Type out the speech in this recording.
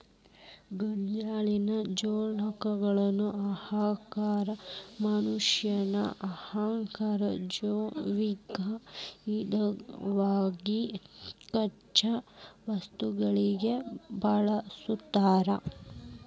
ಗೋಂಜಾಳನ್ನ ಜಾನವಾರಗಳ ಆಹಾರಕ್ಕ, ಮನಷ್ಯಾನ ಆಹಾರಕ್ಕ, ಜೈವಿಕ ಇಂಧನವಾಗಿ ಕಚ್ಚಾ ವಸ್ತುವಾಗಿ ಬಳಸ್ತಾರ